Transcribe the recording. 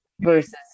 versus